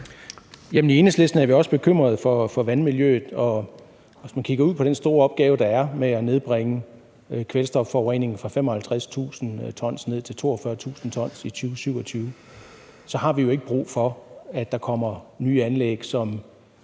I Enhedslisten er vi også bekymrede for vandmiljøet, og hvis vi kigger ud på den store opgave, der er, med at nedbringe kvælstofforureningen fra 55.000 t til 42.000 t i 2027, så har vi jo ikke brug for, at der kommer nye anlæg,